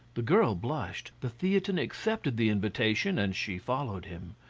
the girl blushed, the theatin accepted the invitation and she followed him,